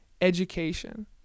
education